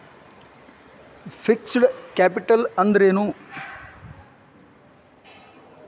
Fixed capital ಅಂದ್ರೇನು?